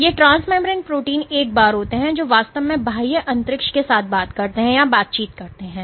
ये transmembrane protein एक बार होते हैं जो वास्तव में बाह्य अंतरिक्ष के साथ बात करते हैं या बातचीत करते हैं